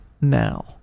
now